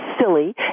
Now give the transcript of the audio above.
silly